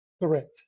Correct